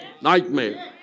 Nightmare